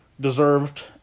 deserved